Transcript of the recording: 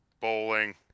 bowling